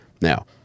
Now